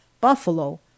buffalo